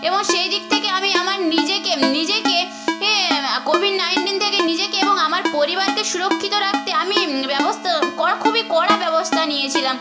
এবং সেই দিক থেকে আমি আমার নিজেকে নিজেকে এ কোভিড নাইনটিন থেকে নিজেকে এবং আমার পরিবারকে সুরক্ষিত রাখতে আমি ব্যবস্থা কড়া খুবই কড়া ব্যবস্থা নিয়েছিলাম